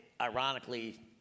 ironically